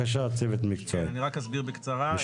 אני רק אסביר בקצרה.